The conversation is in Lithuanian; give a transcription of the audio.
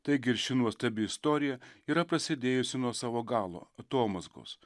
taigi ir ši nuostabi istorija yra prasidėjusi nuo savo galo atomazgos